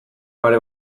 pare